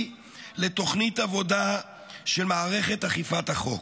לתוכנית עבודה של מערכת אכיפת החוק.